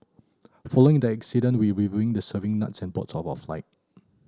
following the incident we reviewing the serving nuts on boards our flight